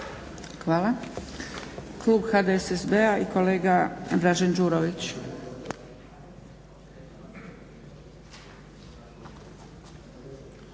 Hvala. Klub HDSSB-a i kolega Dražen ĐUrović.